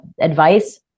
advice